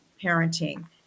parenting